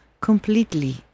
completely